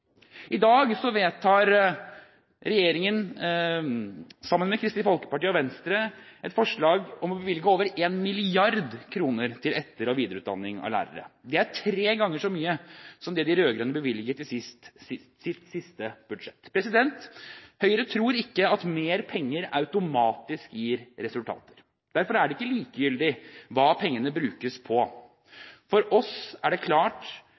I dag vedtar regjeringen sammen med Kristelig Folkeparti og Venstre et forslag om å bevilge over 1 mrd. kr til etter- og videreutdanning av lærere. Det er tre ganger så mye som det de rød-grønne bevilget i sitt siste budsjett. Høyre tror ikke at mer penger automatisk gir resultater. Derfor er det ikke likegyldig hva pengene brukes på. For oss var det klart både før og etter valget at lærerne skulle prioriteres. Derfor er det